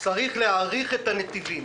לכך שצריך להאריך את הנתיבים.